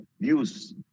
views